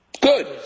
Good